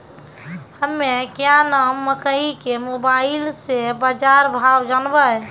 हमें क्या नाम मकई के मोबाइल से बाजार भाव जनवे?